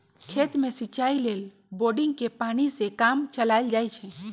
खेत में सिचाई लेल बोड़िंगके पानी से काम चलायल जाइ छइ